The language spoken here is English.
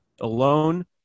alone